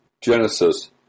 Genesis